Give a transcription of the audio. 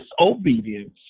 obedience